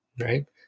right